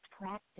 practice